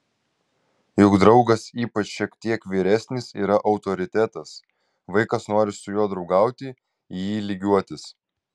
juk draugas ypač šiek tiek vyresnis yra autoritetas vaikas nori su juo draugauti į jį lygiuotis